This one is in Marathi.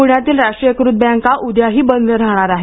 पुण्यातील राष्ट्रीयीकृत बँका उद्याही बंद राहाणार आहेत